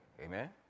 Amen